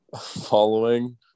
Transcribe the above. following